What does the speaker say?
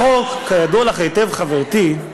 החוק, כידוע לך היטב, חברתי,